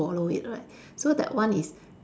swallow it right so that one is